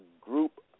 group